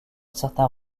certain